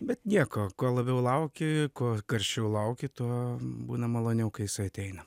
bet nieko kuo labiau lauki kuo karščiau lauki tu būna maloniau kai jisai ateina